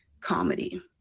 comedy